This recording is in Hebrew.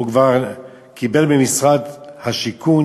הוא כבר קיבל ממשרד השיכון